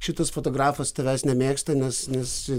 šitas fotografas tavęs nemėgsta nes nes